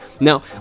Now